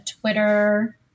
Twitter